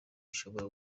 ishobora